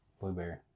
Blueberry